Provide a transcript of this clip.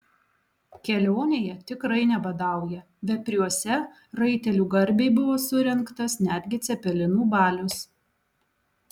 kelionėje tikrai nebadauja vepriuose raitelių garbei buvo surengtas netgi cepelinų balius